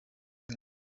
iyo